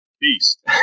Beast